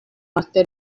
máster